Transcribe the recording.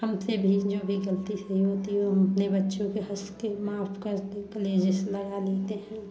हमसे भी जो भी गलती से ही होती हो हम अपने बच्चों के हंस के माफ करते कलेजे से लगा लेते हैं